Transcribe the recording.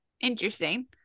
Interesting